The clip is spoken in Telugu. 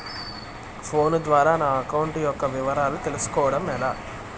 ఫోను ద్వారా నా అకౌంట్ యొక్క వివరాలు తెలుస్కోవడం ఎలా?